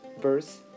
verse